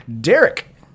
Derek